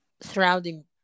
surrounding